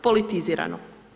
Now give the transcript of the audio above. Politizirano.